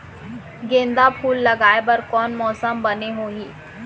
गेंदा फूल लगाए बर कोन मौसम बने होही?